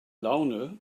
laune